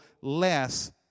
less